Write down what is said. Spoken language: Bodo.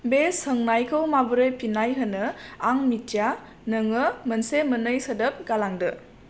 बे सोंनायखौ माबोरै फिननाय होनो आं मिथिया नोङो मोनसे मोननै सोदोब गालांदो